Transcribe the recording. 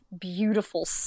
beautiful